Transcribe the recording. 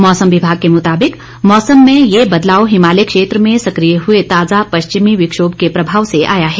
मौसम विभाग के मुताबिक मौसम में ये बदलाव हिमालय क्षेत्र में सकिय हुए ताजा पश्चिमी विक्षोभ के प्रभाव से आया है